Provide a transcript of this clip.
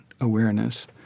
awareness